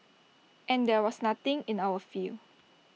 and there was nothing in our field